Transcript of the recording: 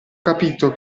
capito